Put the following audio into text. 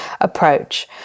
approach